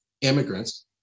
immigrants